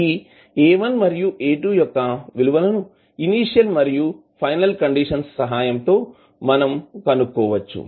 ఈ A1 మరియు A2 యొక్క విలువను ఇనీషియల్ మరియు ఫైనల్ కండిషన్స్ సహాయం తో మనం కనుక్కోవచ్చు